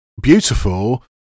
beautiful